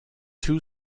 two